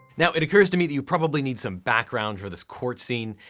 now it occurs to me that you probably need some background for this court scene.